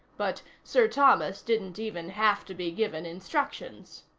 but sir thomas didn't even have to be given instructions.